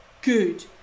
good